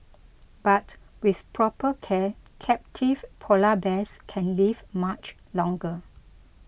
but with proper care captive Polar Bears can live much longer